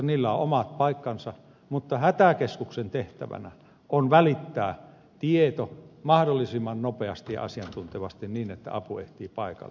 niillä on omat paikkansa mutta hätäkeskuksen tehtävänä on välittää tieto mahdollisimman nopeasti ja asiantuntevasti niin että apu ehtii paikalle